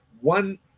One